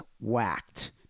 whacked